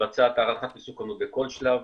מתבצעת הערכת מסוכנוּת בכל שלב,